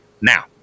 Now